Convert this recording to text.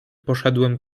poszedłem